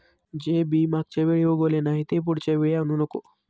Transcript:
जे बी मागच्या वेळी उगवले नाही, ते पुढच्या वेळी आणू नको